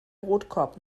brotkorb